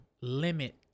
limit